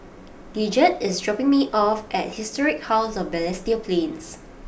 Gidget is dropping me off at Historic House of Balestier Plains